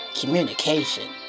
Communication